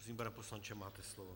Prosím, pane poslanče, máte slovo.